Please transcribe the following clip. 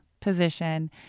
position